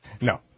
No